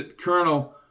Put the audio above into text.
Colonel